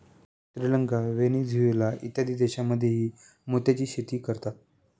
Sri Lanka, Venezuela इत्यादी देशांमध्येही मोत्याची शेती करतात